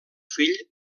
fill